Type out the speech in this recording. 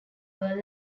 were